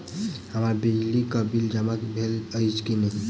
हम्मर बिजली कऽ बिल जमा भेल अछि की नहि?